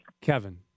Kevin